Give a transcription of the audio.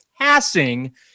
passing